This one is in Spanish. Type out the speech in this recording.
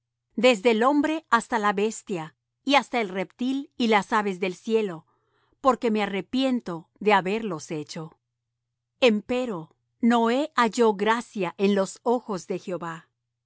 desde el hombre hasta la bestia y hasta el reptil y las aves del cielo porque me arrepiento de haberlos hecho empero noé halló gracia en los ojos de jehová